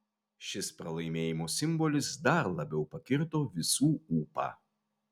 šis pralaimėjimo simbolis dar labiau pakirto visų ūpą